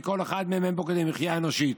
וכל אחת מהן אין בה כדי מחיה אנושית.